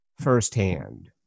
firsthand